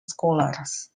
scholars